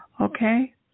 Okay